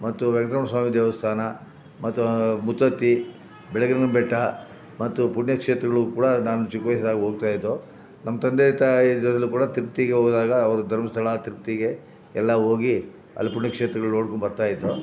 ಮತ್ತು ವೆಂಕ್ಟರಮಣ ಸ್ವಾಮಿ ದೇವಸ್ಥಾನ ಮತ್ತು ಮುತ್ತತ್ತಿ ಬಿಳಿಗಿರಿ ಬೆಟ್ಟ ಮತ್ತು ಪುಣ್ಯಕ್ಷೇತ್ರಗಳಿಗೂ ಕೂಡ ನಾನು ಚಿಕ್ಕ ವಯ್ಸಿನಾಗ ಹೋಗ್ತಾಯಿದ್ದೋ ನಮ್ಮ ತಂದೆ ತಾಯಿ ಜೊತೆಯಲ್ಲೂ ಕೂಡ ತಿರ್ಪತಿಗೆ ಹೋದಾಗ ಅವರು ಧರ್ಮಸ್ಥಳ ತಿರ್ಪತಿಗೆ ಎಲ್ಲ ಹೋಗಿ ಅಲ್ಲಿ ಪುಣ್ಯಕ್ಷೇತ್ರಗಳು ನೋಡ್ಕೊಂಡು ಬರ್ತಾಯಿದ್ದೋ